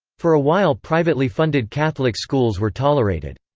for a while privately funded catholic schools were tolerated.